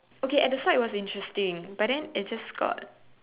okay at the start it was interesting but then it just got